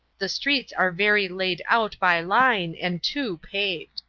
the streets are very layed out by line and too paved.